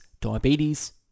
diabetes